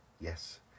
Yes